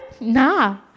Nah